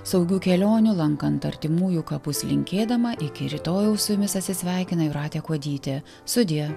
saugių kelionių lankant artimųjų kapus linkėdama iki rytojaus su jumis atsisveikina jūratė kuodytė sudie